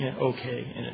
okay